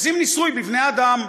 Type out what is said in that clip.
עושים ניסוי בבני-אדם.